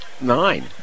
nine